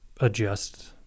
adjust